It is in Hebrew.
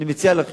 אני מציע לכם,